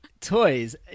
toys